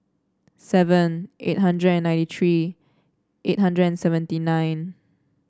seven eight hundred and ninety three eight hundred and seventy nine